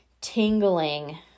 tingling